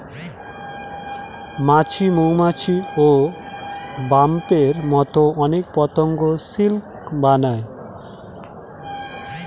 মাছি, মৌমাছি, ওবাস্পের মতো অনেক পতঙ্গ সিল্ক বানায়